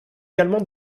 également